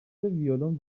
ویولن